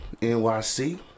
NYC